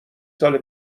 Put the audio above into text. سال